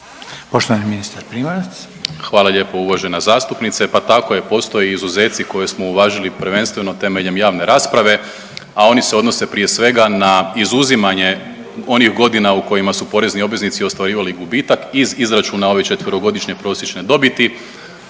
Poštovani ministar Primorac. **Primorac, Marko** Hvala lijepo uvažena zastupnice. Pa tako je, postoje izuzeci koje smo uvažili prvenstveno temeljem javne rasprave, a oni se odnose prije svega na izuzimanje onih godina u kojima su porezni obveznici ostvarivali gubitak iz izračuna ove 4-godišnje prosječne dobiti.